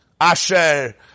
Asher